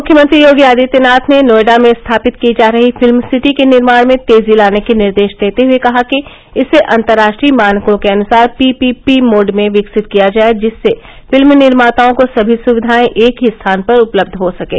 मुख्यमंत्री योगी आदित्यनाथ ने नोएडा में स्थापित की जा रही फिल्म सिटी के निर्माण में तेजी लाने के निर्देश देते हुए कहा कि इसे अन्तर्राष्ट्रीय मानकों के अनुसार पी पी मोड में विकसित किया जाये जिससे फिल्म निर्माताओं को सभी सुविधाएं एक ही स्थान पर उपलब्ध हो सकें